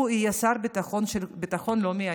הוא יהיה שר ביטחון של ביטחון לאומי.